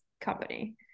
company